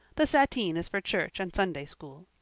the sateen is for church and sunday school.